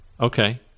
Okay